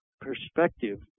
perspective